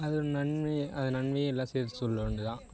அதன் நன்மையை அது நன்மையை எல்லா சேர்த்து சொல்ல வேண்டியது தான்